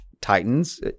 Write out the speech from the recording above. Titans